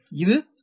இது சமன்பாடு 43